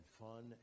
fun